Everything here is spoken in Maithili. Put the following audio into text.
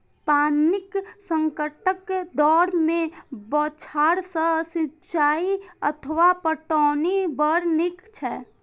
पानिक संकटक दौर मे बौछार सं सिंचाइ अथवा पटौनी बड़ नीक छै